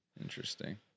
Interesting